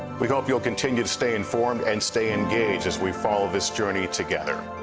we hope you'll continue to stay informed and stay engaged as we follow this journey together.